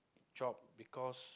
job because